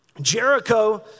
Jericho